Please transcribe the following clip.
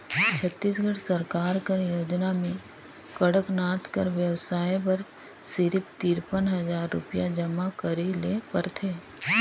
छत्तीसगढ़ सरकार कर योजना में कड़कनाथ कर बेवसाय बर सिरिफ तिरपन हजार रुपिया जमा करे ले परथे